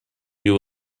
you